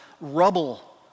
rubble